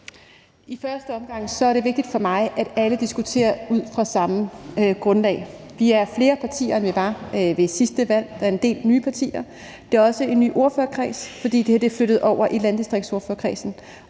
I første omgang er det vigtigt for mig, at alle diskuterer ud fra samme grundlag. Flere af partierne var her ved sidste valg. Der er en del nye partier. Der er også en ny ordførerkreds, fordi det her er flyttet over i landdistriktsordførerkredsen.